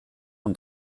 und